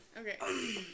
Okay